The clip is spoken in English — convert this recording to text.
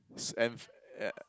s~ m~ yeah